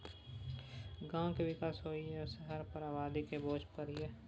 गांव के विकास होइ आ शहर पर आबादी के बोझ नइ परइ